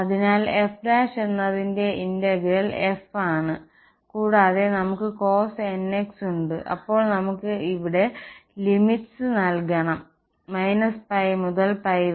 അതിനാൽ f എന്നതിന്റെ integral f ആണ് കൂടാതെ നമുക്ക് cosnx ഉണ്ട് അപ്പോൾ നമുക്ക് അവിടെ ലിമിറ്സ് നൽകണം π മുതൽ π